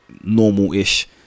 normal-ish